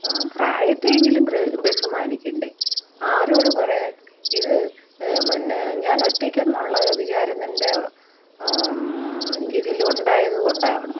പ്രായത്തെ എങ്കിലും ബഹുമാനിക്കേണ്ടേ ആരോടു പറയാൻ ഇത് പിന്നെ ഞാനൊറ്റക്കെന്നുള്ള വിചാരം നിൻ്റെ ഇതിലുണ്ടായതു കൊണ്ടാണോ